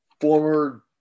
Former